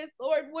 Lord